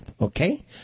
okay